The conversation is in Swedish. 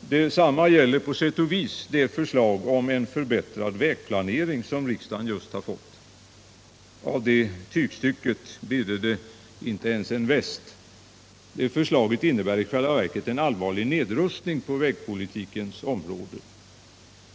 Detsamma gäller på sätt och vis det förslag om en förbättrad vägplanering som riksdagen just har fått. Av det tygstycket bidde det inte ens en väst. Det förslaget innebär i själva verket en allvarlig nedrustning på vägpolitikens område.